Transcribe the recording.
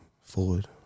forward